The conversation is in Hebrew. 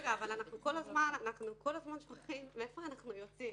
אנחנו כל הזמן שוכחים מאיפה אנחנו יוצאים.